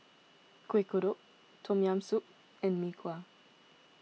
Kuih Kodok Tom Yam Soup and Mee Kuah